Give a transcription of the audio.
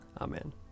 Amen